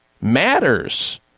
matters